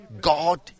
God